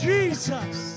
Jesus